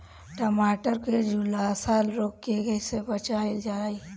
टमाटर को जुलसा रोग से कैसे बचाइल जाइ?